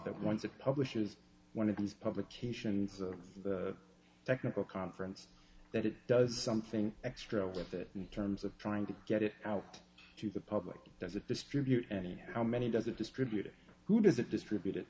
that once it publishes one of these publications of the technical conference that it does something extra with it in terms of trying to get it out to the public does it distribute and how many does it distribute it who does it distribute